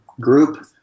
group